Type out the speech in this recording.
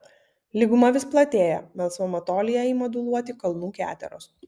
lyguma vis platėja melsvame tolyje ima dūluoti kalnų keteros